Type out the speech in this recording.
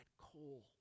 coal